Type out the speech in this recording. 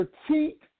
critique